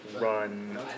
run